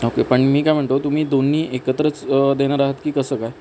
okay पण मी काय म्हणतो तुम्ही दोन्ही एकत्रच देणार आहात की कसं काय